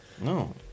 No